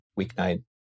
weeknight